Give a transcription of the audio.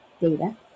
data